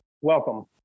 welcome